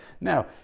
now